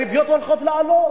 הריביות הולכות לעלות.